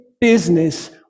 business